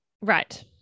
Right